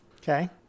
Okay